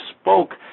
spoke